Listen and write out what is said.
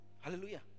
Hallelujah